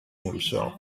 himself